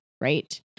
Right